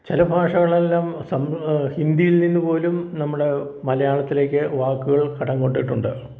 ചില ഭാഷകളെല്ലാം ഹിന്ദിയിൽ നിന്ന് പോലും നമ്മുടെ മലയാളത്തിലേക്ക് വാക്കുകൾ കടം കൊണ്ടിട്ടുണ്ട്